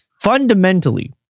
fundamentally